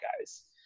guys